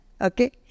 Okay